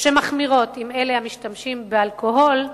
שמחמירות עם אלה המשתמשים באלכוהול,